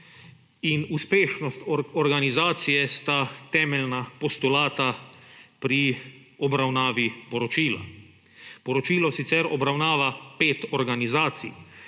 uspešnost organizacije sta temeljna postulata pri obravnavi poročila. Poročilo sicer obravnava pet organizacij: